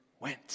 went